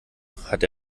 hat